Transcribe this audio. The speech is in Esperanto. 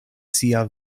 sia